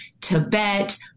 Tibet